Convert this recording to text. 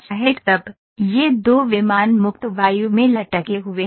it अब ये २ विमान मुक्त वायु में लटके हुए हैं